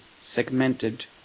segmented